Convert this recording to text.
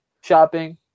shopping